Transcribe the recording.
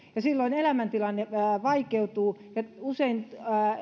silloin elämäntilanne vaikeutuu ja usein